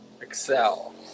excel